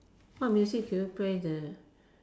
what music did you play the